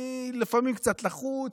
אני לפעמים קצת לחוץ,